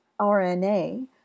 RNA